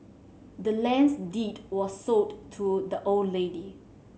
the land's deed was sold to the old lady